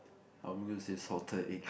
I'm gonna say salted egg